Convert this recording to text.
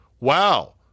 wow